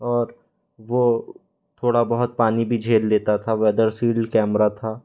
और वो थोड़ा बहुत पानी भी झेल लेता था वेदर सील्ड कैमरा था